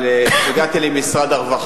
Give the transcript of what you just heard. אבל הודעתי למשרד הרווחה,